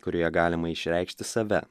kurioje galima išreikšti save